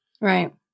Right